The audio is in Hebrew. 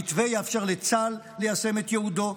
המתווה יאפשר לצה"ל ליישם את ייעודו,